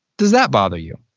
does that bother you?